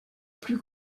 plus